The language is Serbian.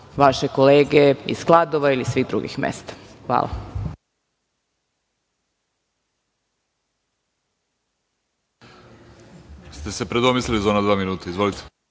vaše kolege iz Kladova i svih drugih mesta. Hvala.